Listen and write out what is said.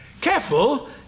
Careful